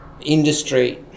industry